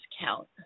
count